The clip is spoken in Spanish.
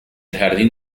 jardín